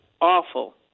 awful